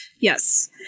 Yes